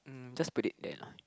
just put it there lah